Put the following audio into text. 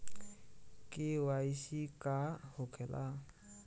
KYC का होखेला?